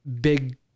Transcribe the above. big